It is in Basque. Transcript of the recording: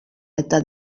eta